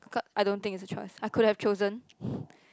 ca~ I don't think it's a choice I could have chosen